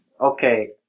Okay